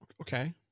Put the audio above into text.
Okay